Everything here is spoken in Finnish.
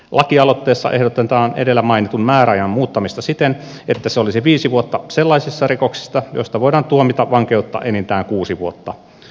lakialoitteessa ehdotetaan edellä mainitun määräajan muuttamista siten että se olisi viisi vuotta sellaisissa rikoksissa joista voidaan tuomita vankeutta enintään kuusi vuotta